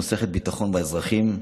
שנוסכות ביטחון באזרחים.